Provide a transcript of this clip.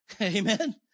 Amen